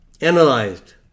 analyzed